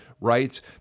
rights